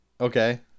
Okay